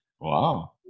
Wow